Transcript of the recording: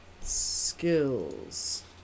Skills